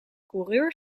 coureur